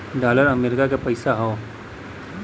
dollar America के पइसा हौ